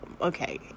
okay